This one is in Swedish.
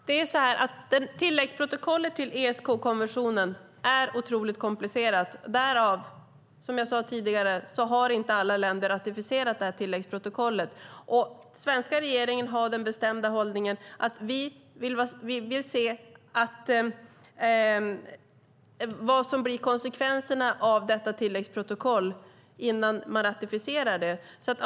Herr talman! Tilläggsprotokollet till ESK-konventionen är oerhört komplicerat. Därför har, som jag sade tidigare, inte alla länder ratificerat det. Den svenska regeringen har den bestämda hållningen att vi vill se vad som blir konsekvenserna av detta tilläggsprotokoll innan vi ratificerar det.